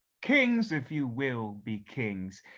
kings if you will be kings,